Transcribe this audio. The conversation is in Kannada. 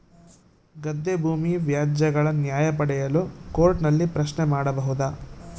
ಗದ್ದೆ ಭೂಮಿ ವ್ಯಾಜ್ಯಗಳ ನ್ಯಾಯ ಪಡೆಯಲು ಕೋರ್ಟ್ ನಲ್ಲಿ ಪ್ರಶ್ನೆ ಮಾಡಬಹುದಾ?